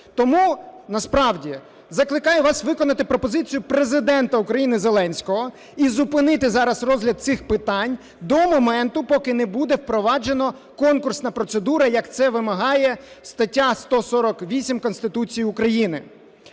Тому насправді закликаю вас виконати пропозицію Президента України Зеленського - і зупинити зараз розгляд цих питань до моменту, поки не буде впроваджена конкурсна процедура, як це вимагає стаття 148 Конституції України.